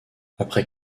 après